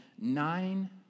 nine